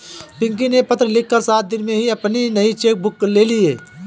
पिंकी ने पत्र लिखकर सात दिन में ही अपनी नयी चेक बुक ले ली